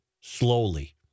slowly